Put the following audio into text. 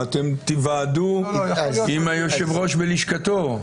ותיוועדו עם היושב-ראש בלשכתו.